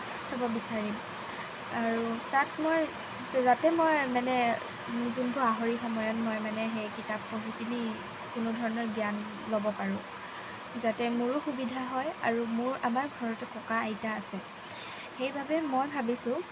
থ'ব বিচাৰিম আৰু তাত মই যাতে মই মানে যোনটো আহৰি সময়ত মই মানে সেই কিতাপ পঢ়ি পিনি কোনো ধৰণৰ জ্ঞান ল'ব পাৰোঁ যাতে মোৰো সুবিধা হয় আৰু মোৰ আমাৰ ঘৰতো ককা আইতা আছে সেইবাবে মই ভাবিছোঁ